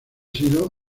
sido